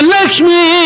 Lakshmi